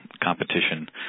competition